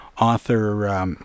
author